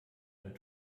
dann